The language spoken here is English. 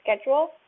schedule